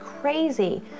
crazy